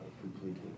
completely